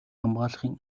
хамгаалахын